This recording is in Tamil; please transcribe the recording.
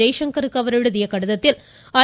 ஜெய்சங்கருக்கு அவர் எழுதிய கடிதத்தில் ஐ